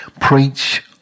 Preach